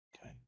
okay